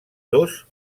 dos